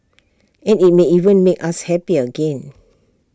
and IT may even make us happy again